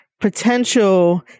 potential